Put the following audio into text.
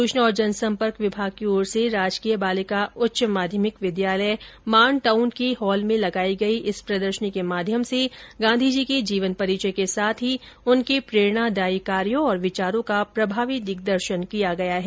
सूचना और जनसम्पर्क विभाग की ओर से राजकीय बालिका उच्च माध्यमिक विद्यालय मानटाउन के हॉल में लगाई गई इस प्रदर्शनी के माध्यम से गांधीजी के जीवन परिचय के साथ ही उनके प्रेरणादायी कार्यों और विचारों का प्रभावी दिग्दर्शन किया गया है